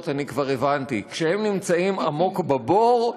אני כבר הבנתי: כשהם נמצאים עמוק בבור,